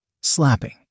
slapping